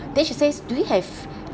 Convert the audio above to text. then she says do you have